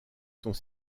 sont